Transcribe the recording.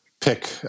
pick